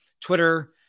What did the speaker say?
Twitter